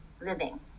living